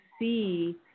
see